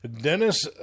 Dennis